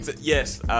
yes